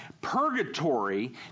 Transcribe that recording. Purgatory